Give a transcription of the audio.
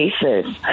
cases